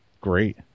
great